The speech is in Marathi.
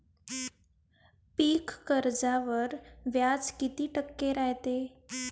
पीक कर्जावर व्याज किती टक्के रायते?